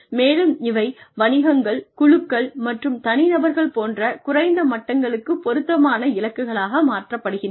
மேலும் இவை வணிகங்கள் குழுக்கள் மற்றும் தனிநபர்கள் போன்ற குறைந்த மட்டங்களுக்கு பொருத்தமான இலக்குகளாக மாற்றப்படுகின்றன